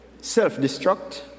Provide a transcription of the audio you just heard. self-destruct